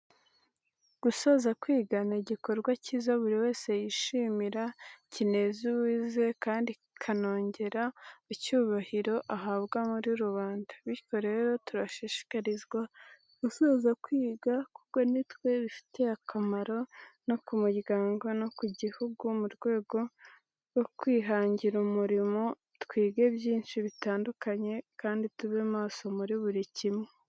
Gusoza kwiga nigikorwa cyiza buriwese yishimira cyineze uwize kandi cyika nojyera icyubahiro ahabwa muri rubanda bityo rero turashishikarinzwa gusoza kwiga kuko nitwe bifitiye akamaro nokiumuryang no ku jyihugu murwego rwukwihajyira umurimo twijye binci bitandukanye kandi tube maso muri buricyimwe.